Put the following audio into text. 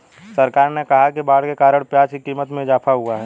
सरकार ने कहा कि बाढ़ के कारण प्याज़ की क़ीमत में इजाफ़ा हुआ है